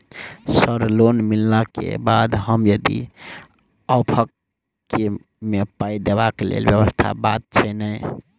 Sir loan मिलला केँ बाद हम यदि ऑफक केँ मे पाई देबाक लैल व्यवस्था बात छैय नै?